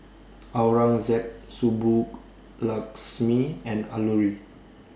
Aurangzeb Subbulakshmi and Alluri